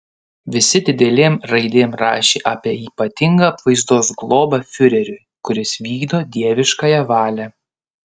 visi didelėm raidėm rašė apie ypatingą apvaizdos globą fiureriui kuris vykdo dieviškąją valią